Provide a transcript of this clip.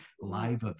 live